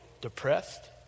depressed